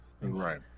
Right